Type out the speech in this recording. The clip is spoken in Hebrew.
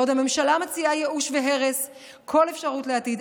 בעוד הממשלה מציעה ייאוש והרס כל אפשרות לעתיד,